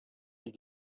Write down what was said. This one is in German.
die